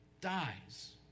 dies